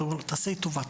תעשה לי טובה,